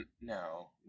no